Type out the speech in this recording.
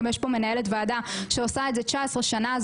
גם יש פה מנהלת ועדה שעושה את זה 19 שנה,